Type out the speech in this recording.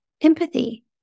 Empathy